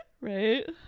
Right